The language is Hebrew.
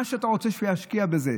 ומה שאתה רוצה זה שהוא ישקיע בזה.